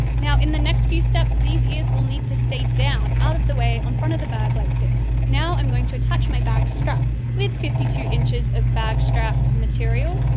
now in the next few steps, these ears will need to stay down out of the way on the front of the bag like this. now i'm going to attach my bag's strap. with fifty two inches of bag strap, material,